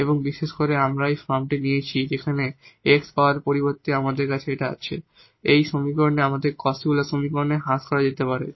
এবং বিশেষ করে আমরা এই ফর্মটি নিয়েছি যেখানে এই x power পরিবর্তে এবং আমাদের আছে এই সমীকরণটি এই Cauchy Euler সমীকরণে হ্রাস করা যেতে পারে